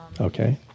Okay